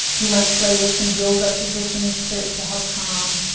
you might play with some yoga positions to to help calm